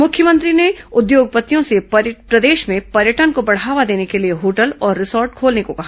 मुख्यमंत्री ने उद्योगपतियों से प्रदेश में पर्यटन को बढ़ावा देने के लिए होटल और रिसार्ट खोलने को कहा